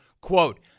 quote